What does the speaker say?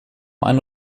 eine